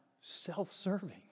self-serving